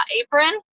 apron